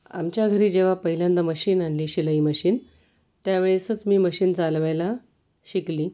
आमच्या घरी जेव्हा पहिल्यांदा मशीन आणली शिलाई मशीन त्यावेळेसच मी मशीन चालवायला शिकली